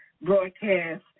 broadcast